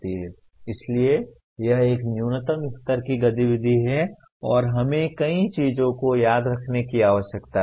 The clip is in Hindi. इसलिए यह एक न्यूनतम स्तर की गतिविधि है और हमें कई चीजों को याद रखने की आवश्यकता है